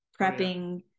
prepping